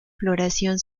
floración